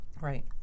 Right